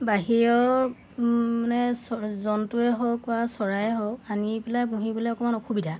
বাহিৰৰ মানে জন্তুৱে হওক বা চৰাই হওক আনি পেলাই পুহিবলৈ অকণমান অসুবিধা